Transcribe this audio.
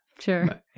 sure